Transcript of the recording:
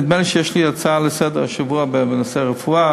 נדמה לי שיש לי הצעה לסדר-היום השבוע בנושא הרפואה,